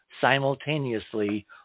simultaneously